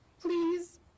Please